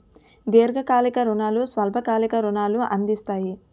దీర్ఘకాలిక రుణాలు స్వల్ప కాలిక రుణాలు అందిస్తాయి